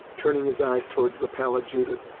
turning his eyes towards the pallid judith,